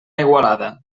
igualada